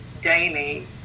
daily